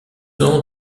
ans